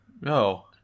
No